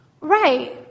right